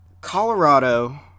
Colorado